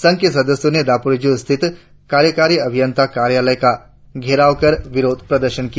संघ के सदस्यो ने दापोरिजो स्थित कार्यकारी अभियंता कार्यालय का घेराव कर विरोध प्रदर्शन किया